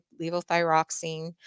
levothyroxine